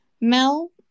Mel